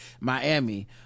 miami